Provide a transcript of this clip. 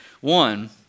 One